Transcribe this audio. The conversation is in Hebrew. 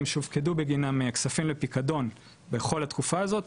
שהופקדו בגינם כספים לפיקדון בכל התקופה הזאת,